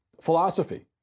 philosophy